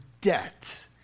debt